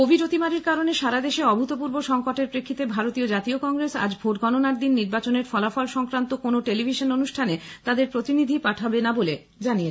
Covid অতিমারীর কারণে সারা দেশে অভূতপূর্ব সঙ্কটের প্রেক্ষিতে ভারতীয় জাতীয় কংগ্রেস আজ ভোট গণনার দিন নির্বাচনের ফলাফল সংক্রান্ত কোনো টেলিভিশন অনুষ্ঠানে তাদের প্রতিনিধি পাঠাবে না বলে জানিয়েছে